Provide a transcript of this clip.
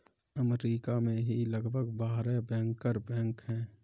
अमरीका में ही लगभग बारह बैंकर बैंक हैं